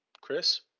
Chris